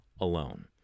alone